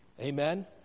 Amen